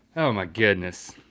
oh my goodness,